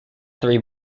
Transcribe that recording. three